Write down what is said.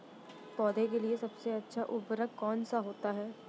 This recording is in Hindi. पौधे के लिए सबसे अच्छा उर्वरक कौन सा होता है?